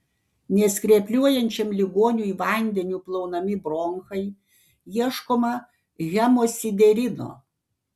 neskrepliuojančiam ligoniui vandeniu plaunami bronchai ieškoma hemosiderino